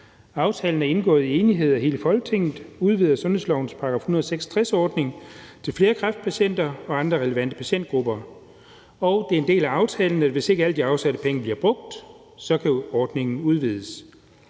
Aftalen er indgået i enighed af hele Folketinget og udvider sundhedslovens § 166-ordning til flere kræftpatienter og andre relevante patientgrupper, og det er en del af aftalen, at hvis ikke alle de afsætte penge bliver brugt, kan ordningen udvides.